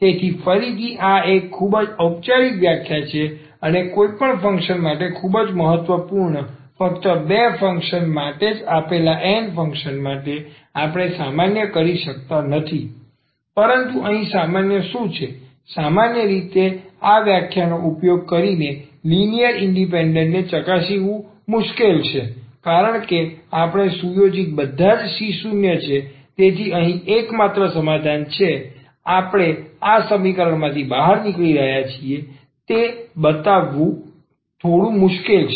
તેથી ફરીથી આ એક ખૂબ જ ઔપચારિક વ્યાખ્યા છે અને કોઈપણ ફંક્શન માટે ખૂબ જ મહત્વપૂર્ણ ફક્ત બે ફંક્શન માટે જ આપેલ n ફંક્શન્સ માટે આપણે સામાન્ય કરી શકતા નથી પરંતુ અહીં સમસ્યા શું છે સામાન્ય રીતે આ વ્યાખ્યા નો ઉપયોગ કરીને લિનિયર ઇન્ડિપેન્ડન્સ ને ચકાસવી મુશ્કેલ છે કારણ કે આપણે સુયોજિત કરો જ્યારે ત્યાં n ફંકશન 0 ની બરાબર સુયોજિત થાય છે અને પછી ખ્યાલ આવે છે કે આ બધા c 0 છે તે અહીં એકમાત્ર સમાધાન છે કે આપણે આ સમીકરણ માંથી બહાર નીકળી રહ્યા છીએ તે બતાવવું થોડું મુશ્કેલ છે